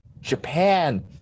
Japan